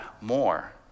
more